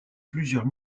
plusieurs